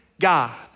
God